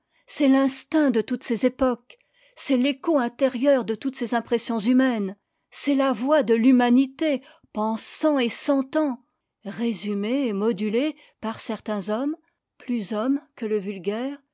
c'est l'instinct de toutes ses époques c'est l'écho intérieur de toutes ses impressions humaines c'est la voix de l'humanité pensant et sentant résumée et modulée par certains hommes plus hommes que le vulgaire